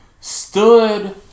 stood